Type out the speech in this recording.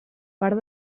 part